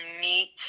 meet